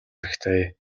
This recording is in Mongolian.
хэрэгтэй